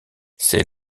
c’est